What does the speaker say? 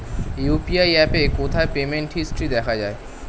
UPI অ্যাপে কোথায় payment history দেখা যায়?